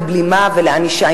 בבלימה ובענישה,